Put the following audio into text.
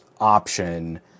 option